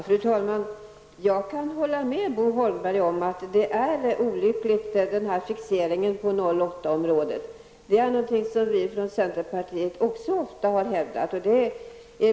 Fru talman! Jag kan hålla med Bo Holmberg om att fixeringen vid 08-området är olycklig. Det har också vi i centerpartiet ofta hävdat.